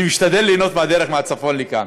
אני משתדל ליהנות מהדרך מהצפון לכאן,